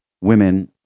women